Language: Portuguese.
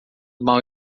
mal